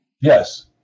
Yes